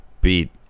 beat